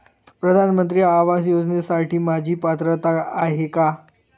प्रधानमंत्री आवास योजनेसाठी माझी पात्रता आहे का?